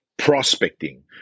prospecting